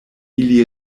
ili